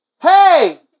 Hey